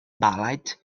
ballad